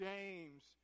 James